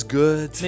good